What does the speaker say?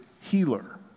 healer